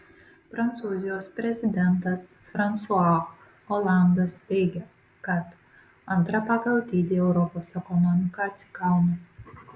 prancūzijos prezidentas fransua olandas teigia kad antra pagal dydį europos ekonomika atsigauna